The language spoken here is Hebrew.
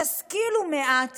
תשכילו מעט